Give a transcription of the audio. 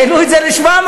העלו את זה ל-700.